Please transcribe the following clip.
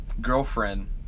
girlfriend